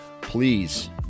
Please